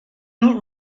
not